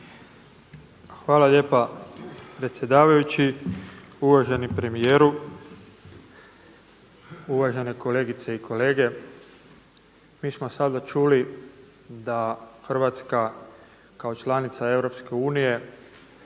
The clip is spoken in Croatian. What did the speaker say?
Hvala lijepa predsjedavajući. Uvaženi premijeru, uvažene kolegice i kolege. Mi smo sada čuli da Hrvatska kao članica EU